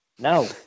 No